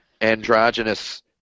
androgynous